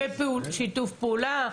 שיתוף פעולה?